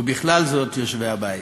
ובכלל זה יושבי הבית.